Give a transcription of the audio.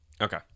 okay